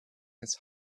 his